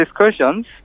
discussions